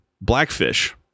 Blackfish